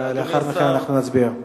לאחר מכן אנחנו נצביע.